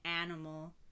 animal